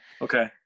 Okay